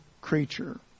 creature